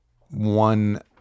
one